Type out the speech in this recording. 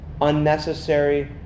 unnecessary